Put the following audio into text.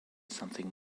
something